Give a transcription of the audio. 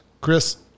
Chris